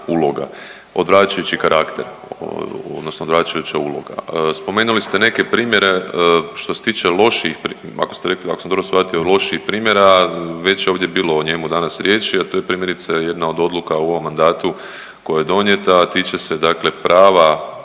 uloga odvraćajući karakter, odnosno odvraćajuća uloga. Što se tiče loših, ako ste rekli, ako sam dobro shvatio loših primjera već je ovdje bilo o njemu danas riječi, a to je primjerice jedna od odluka u ovom mandatu koja je donijeta, a tiče se, dakle prava